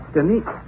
Denise